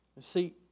See